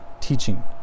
Teaching